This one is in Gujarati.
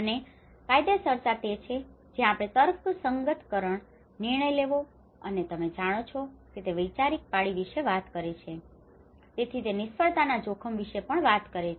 અને કાયદેસરતા તે જે છે જ્યાં આપણે તર્કસંગતકરણ નિર્ણય લેવો અને તમે જાણો છો કે તે વૈચારિક પાળી વિશે વાત કરે છે તેથી તે નિષ્ફળતાના જોખમ વિશે પણ વાત કરે છે